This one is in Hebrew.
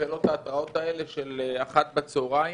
ולא את ההתראות האלה של 13:00 בצוהריים.